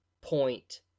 point